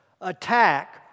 attack